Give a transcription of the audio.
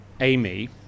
Amy